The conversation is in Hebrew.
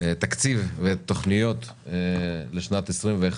התקציב ואת התוכניות לשנת 2021,